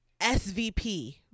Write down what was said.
SVP